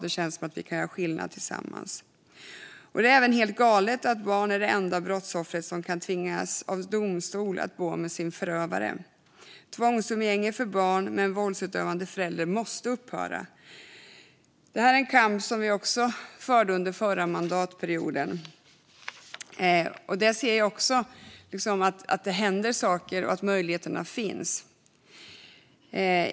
Det känns som att vi kan göra skillnad tillsammans. Det är även helt galet att barn är de enda brottsoffer som kan tvingas av domstol att bo med sin förövare. Tvångsumgänge för barn med en våldsutövande förälder måste upphöra. Även det är en kamp som vi förde under förra mandatperioden. Där ser jag också att det händer saker och att möjligheterna finns.